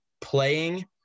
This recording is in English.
playing